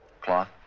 Cloth